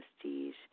prestige